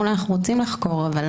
אמרו לה: אנחנו רוצים לחקור, אבל